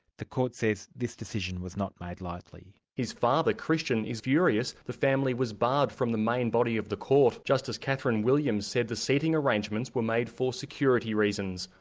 the court says this decision was not made lightly. his father, christian, is furious the family was barred from the main body of the court. justice katharine williams said the seating arrangements were made for security reasons.